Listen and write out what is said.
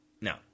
No